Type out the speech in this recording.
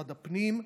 משרד הפנים,